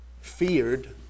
feared